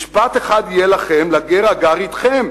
"משפט אחד יהיה לכם ולגר הגר אתכם"